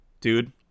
dude